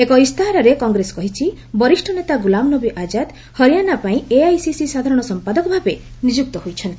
ଏକ ଇସ୍ତାହାରରେ କଂଗ୍ରେସ କହିଛି ବରିଷ୍ଣ ନେତା ଗୁଲାମ ନବୀ ଆଜାଦ୍ ହରିୟାଣା ପାଇଁ ଏଆଇସିସି ସାଧାରଣ ସମ୍ପାଦକଭାବେ ନିଯୁକ୍ତ ହୋଇଛନ୍ତି